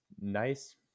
nice